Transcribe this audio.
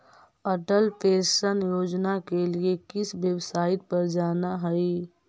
Atal pension योजना के लिए किस वेबसाईट पर जाना हई